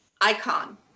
icon